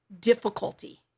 difficulty